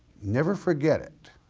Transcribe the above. never forget it.